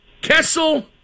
Kessel